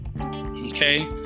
okay